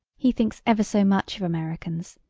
he thinks ever so much of americans.